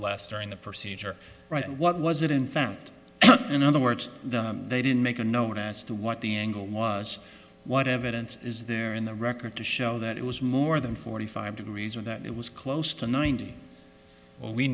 less during the procedure right what was it in fact in other words they didn't make a note as to what the angle was what evidence is there in the record to show that it was more than forty five degrees or that it was close to ninety